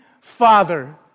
Father